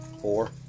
four